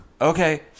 okay